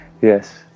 Yes